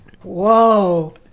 Whoa